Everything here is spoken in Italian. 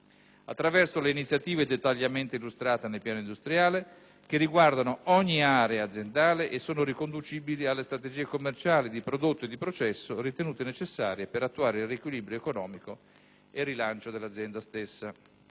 attraverso le iniziative dettagliatamente illustrate nel piano industriale, che riguardano ogni area aziendale e sono riconducibili alle strategie commerciali, di prodotto e di processo ritenute necessarie per attuare il riequilibrio economico e il rilancio aziendale.